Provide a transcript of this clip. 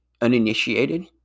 uninitiated